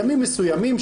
ימים מסוימים,